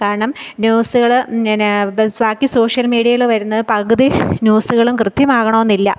കാരണം ന്യൂസ്സുകൾ എന്നേ ബാക്കി സോഷ്യല് മീഡിയയിൽ വരുന്ന പകുതി ന്യൂസ്സുകളും കൃത്യമാകണമെന്നില്ല